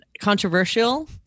controversial